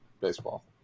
baseball